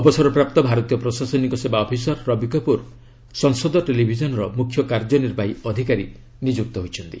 ଅବସରପ୍ରାପ୍ତ ଭାରତୀୟ ପ୍ରଶାସନିକ ସେବା ଅଫିସର ରବି କାପୁର ସଂସଦ ଟେଲିଭିଜନର ମୁଖ୍ୟ କାର୍ଯ୍ୟନିର୍ବାହୀ ଅଧିକାରୀ ନିଯୁକ୍ତ ହୋଇଛନ୍ତି